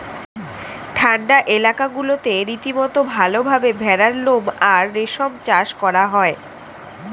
ঠান্ডা এলাকাগুলোতে রীতিমতো ভালভাবে ভেড়ার লোম আর রেশম চাষ করা হয়